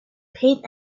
paid